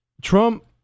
Trump